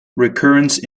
recurrence